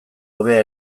hobea